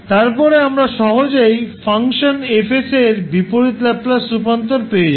তারপরে আমরা সহজেই ফাংশন Fএর বিপরীত ল্যাপ্লাস রূপান্তর পেয়ে যাব